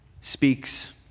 speaks